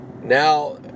now